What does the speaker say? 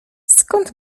skąd